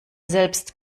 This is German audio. selbst